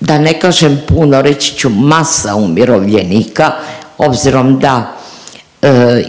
da ne kažem puno, reći ću masa umirovljenika obzirom da